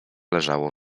leżało